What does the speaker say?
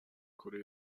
کره